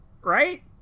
Right